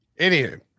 Anywho